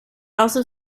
also